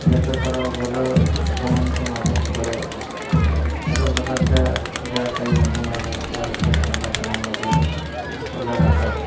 ज्याचं करावं भलं तो म्हणतो माझंच खरं अशा प्रकारच्या ज्या काही म्हणी आहेत त्या रोजच्या संभाषणामध्ये वापरल्या जातात